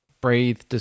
breathe